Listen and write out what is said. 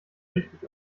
richtig